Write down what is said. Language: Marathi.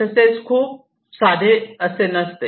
तसेच खूप साधे असे नसते